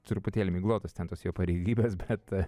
truputėlį miglotos ten tos jo pareigybės bet